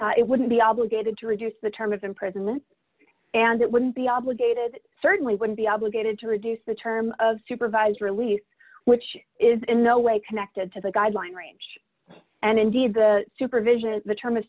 knowledge it wouldn't be obligated to reduce the term of imprisonment and it wouldn't be obligated certainly would be obligated to reduce the term of supervised release which is in no way connected to the guideline range and indeed the supervision the term